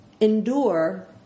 endure